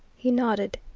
he nodded.